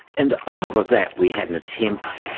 and on top of that we had an attempt,